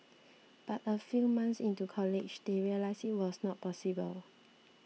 but a few months into college they realised it was not possible